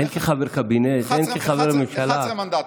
הן כחבר קבינט הן כחבר ממשלה?